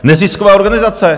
Nezisková organizace.